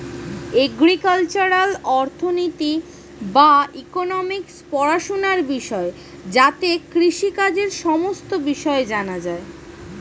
agricultural অর্থনীতি বা economics পড়াশোনার বিষয় যাতে কৃষিকাজের সমস্ত বিষয় জানা যায়